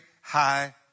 high